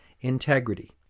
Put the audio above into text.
integrity